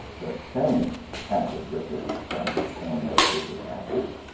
the same, panted ricketts, from his coign of disadvantage.